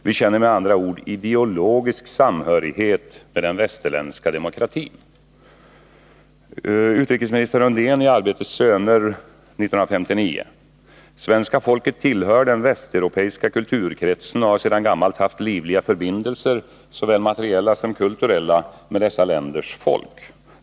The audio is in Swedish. Vi känner med andra ord ideologisk samhörighet med den västerländska demokratin.” Utrikesminister Undén skrev i Arbetets Söner 1959 följande: ”Svenska folket tillhör den västeuropeiska kulturkretsen och har sedan gammalt haft livliga förbindelser, såväl materiella som kulturella, med dessa länders folk.